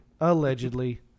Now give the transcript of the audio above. Allegedly